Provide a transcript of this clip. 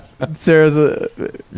sarahs